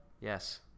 Yes